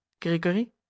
gregory